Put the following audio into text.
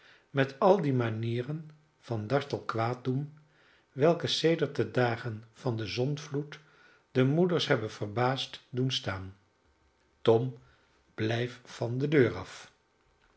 met al die manieren van dartel kwaad doen welke sedert de dagen van den zondvloed de moeders hebben verbaasd doen staan tom blijf van de deur af